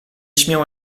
śmiała